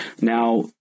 now